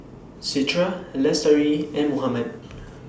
Citra Lestari and Muhammad